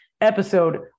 episode